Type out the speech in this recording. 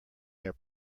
their